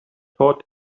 taught